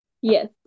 Yes